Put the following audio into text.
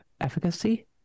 efficacy